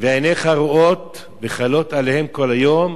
ועיניך רואות וכלות אליהם כל היום,